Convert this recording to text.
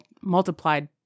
multiplied